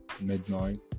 midnight